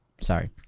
Sorry